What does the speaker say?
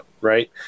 right